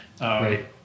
right